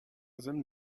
ضمن